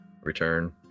return